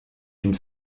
une